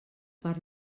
per